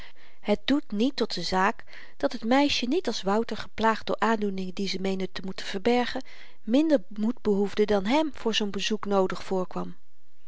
het doet niet tot de zaak dat het meisje niet als wouter geplaagd door aandoeningen die ze meende te moeten verbergen minder moed behoefde dan hèm voor zoo'n bezoek noodig voorkwam